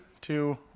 two